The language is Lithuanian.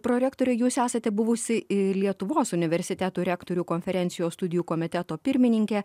prorektore jūs esate buvusi lietuvos universitetų rektorių konferencijos studijų komiteto pirmininkė